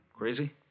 Crazy